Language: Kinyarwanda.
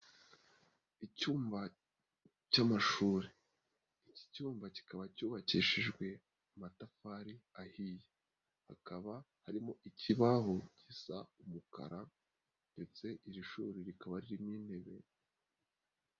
Icyumba cy'amashuri iki cyumba kikaba cyubakishijwe amatafari ahiye, hakaba harimo ikibaho gisa umukara ndetse iri shuri rikaba ririmo intebe.